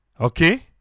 Okay